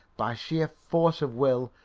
by sheer force of will,